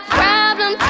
problem